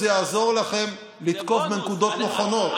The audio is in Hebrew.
זה יעזור לכם לתקוף בנקודות נכונות.